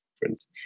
difference